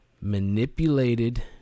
manipulated